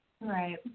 Right